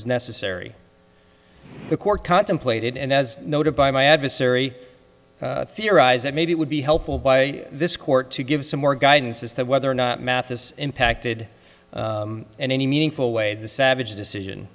was necessary the court contemplated and as noted by my adversary theorized that maybe it would be helpful by this court to give some more guidance as to whether or not mathis impacted in any meaningful way the savage decision